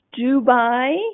Dubai